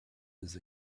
his